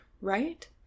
right